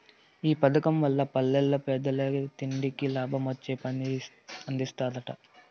ఈ పదకం వల్ల పల్లెల్ల పేదలకి తిండి, లాభమొచ్చే పని అందిస్తరట